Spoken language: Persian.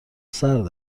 سرد